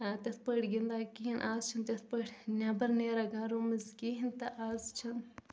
تِتھ پٲٹھۍ گِنٛدان کِہیٖنۍ آز چھِنہٕ تِتھ پٲٹھۍ نٮ۪بر نٮیران گرو منٛز کِہیٖنۍ تہٕ آز چھِنہٕ